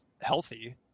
healthy